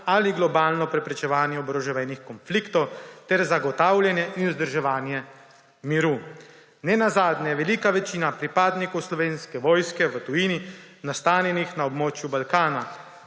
ali globalno preprečevanje oboroženih konfliktov ter zagotavljanje in vzdrževanje miru. Nenazadnje je velika večina pripadnikov Slovenske vojske v tujini nastanjenih na območju Balkana,